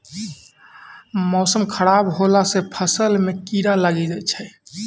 मौसम खराब हौला से फ़सल मे कीड़ा लागी जाय छै?